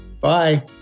Bye